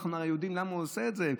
אנחנו הרי יודעים למה הוא עושה את זה,